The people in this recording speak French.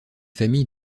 famille